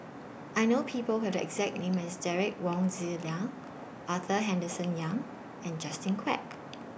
I know People Who Have The exact name as Derek Wong Zi Liang Arthur Henderson Young and Justin Quek